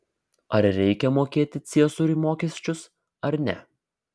ar reikia mokėti ciesoriui mokesčius ar ne